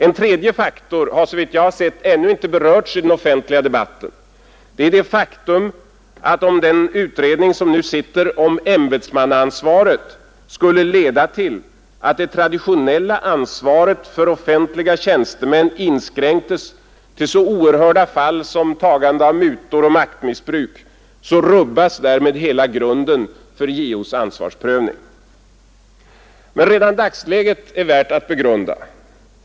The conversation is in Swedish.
En tredje faktor har såvitt jag har sett ännu inte berörts i den offentliga debatten, nämligen det faktum att om den nu pågående utredningen om ämbetsmannaansvaret skulle leda till att det traditionella ansvaret för offentliga tjänstemän inskränktes till så oerhörda fall som tagande av mutor och maktmissbruk, rubbas därmed hela grunden för JO:s ansvarsprövning. Men redan dagsläget är värt att begrunda.